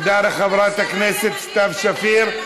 תודה לחברת הכנסת סתיו שפיר.